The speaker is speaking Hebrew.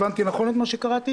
הבנתי נכון את מה שקראתי?